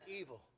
evil